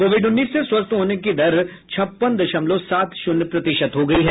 Covid उन्नीस से स्वस्थ होने की दर छप्पन दशमलव सात शून्य प्रतिशत हो गई है